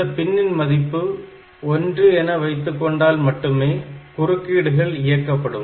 இந்த பின்னின் மதிப்பு 1 pin1 என வைத்துக்கொண்டால் மட்டுமே குறுக்கீடுகள் இயக்கப்படும்